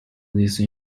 these